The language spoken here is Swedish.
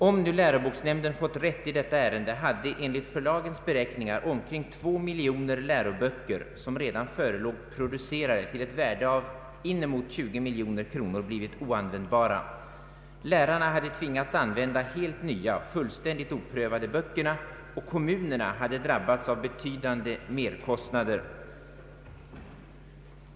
Om nu läroboksnämnden fått rätt i detta ärende, hade enligt förlagens beräkningar omkring 2 miljoner läroböcker som redan förelåg producerade till ett värde av inemot 20 miljoner kronor blivit oanvändbara. Lärarna hade tvingats att använda helt nya, fullständigt oprövade böcker, och kommunerna hade drabbats av betydande merkostnader.